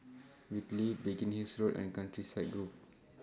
Whitley Biggin Ill's Road and Countryside Grove